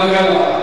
כלכלה.